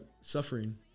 suffering